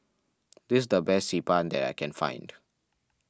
this the best Xi Ban that I can find